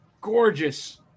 gorgeous